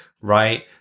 right